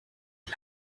die